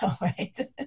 right